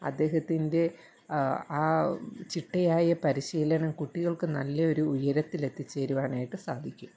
അദ്ദേഹത്തിൻ്റെ ആ ചിട്ടയായ പരിശീലനം കുട്ടികൾക്ക് നല്ല ഒരു ഉയരത്തിൽ എത്തിച്ചേരുവാനായിട്ട് സാധിക്കും